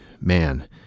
man